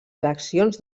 eleccions